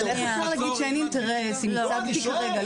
תהיה לו אפשרות ילמד פיזיקה?